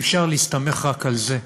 אי-אפשר להסתמך רק על זה.